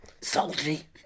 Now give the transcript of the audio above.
salty